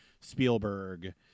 Spielberg